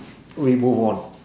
we move on